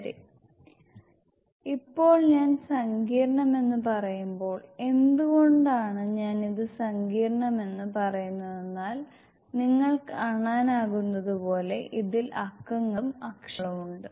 ശരി ഇപ്പോൾ ഞാൻ സങ്കീർണ്ണമെന്ന് പറയുമ്പോൾ എന്തുകൊണ്ടാണ് ഞാൻ ഇത് സങ്കീർണ്ണമെന്ന് പറയുന്നതെന്നാൽ നിങ്ങൾക്ക് കാണാനാകുന്നതു പോലെ ഇതിൽ അക്കങ്ങളും അക്ഷരങ്ങളും ഉണ്ട്